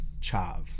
Chav